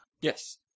Yes